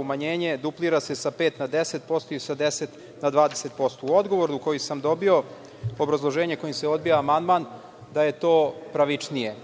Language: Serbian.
umanjenje. Duplira se sa 5% na 10% i sa 10% na 20%.U odgovoru koji sam dobio, obrazloženje kojim se odbija amandman da je to pravičnije.